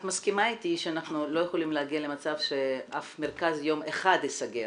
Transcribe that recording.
את מסכימה איתי שאנחנו לא יכולים להגיע למצב שאף מרכז יום אחד ייסגר,